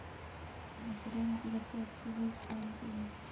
Mushroom की सबसे अच्छी बीज कौन सी है?